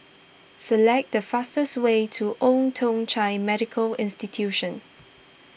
select the fastest way to Old Thong Chai Medical Institution